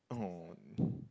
oh